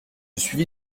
suivi